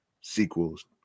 sequels